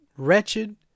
wretched